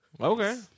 Okay